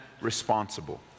responsible